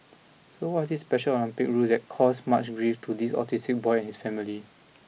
so what this special Olympic rule that caused much grief to this autistic boy and his family